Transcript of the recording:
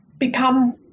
Become